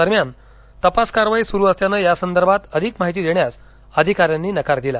दरम्यान तपास कारवाई सुरु असल्यानं यासंदर्भात अधिक माहिती देण्यास अधिकाऱ्यांनी नकार दिला